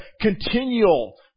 continual